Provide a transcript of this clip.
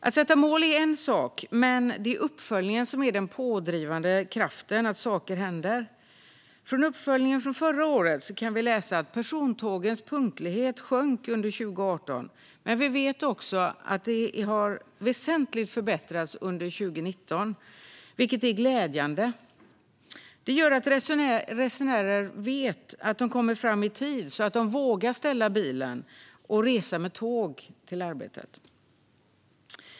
Att sätta mål är en sak, men det är uppföljningen som är den pådrivande kraften för att saker ska hända. I uppföljningen från förra året kan vi läsa att persontågens punktlighet sjönk under 2018. Vi vet dock att den har förbättrats väsentligt under 2019, vilket är glädjande. Det gör att resenärer vet att de kommer fram i tid, och då vågar de ställa bilen och resa med tåg till arbetet.